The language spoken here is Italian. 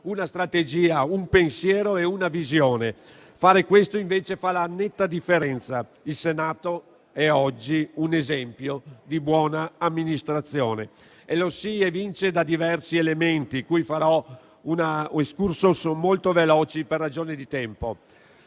una strategia, un pensiero e una visione. Fare questo, invece, fa la netta differenza. Il Senato è oggi un esempio di buona amministrazione e lo si evince da diversi elementi, di cui farò una *excursus* molto veloce per ragioni di tempo.